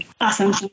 Awesome